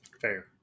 Fair